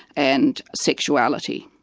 and sexuality.